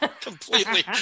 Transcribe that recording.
completely